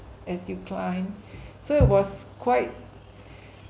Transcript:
as you climb so it was quite